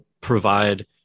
provide